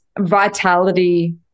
vitality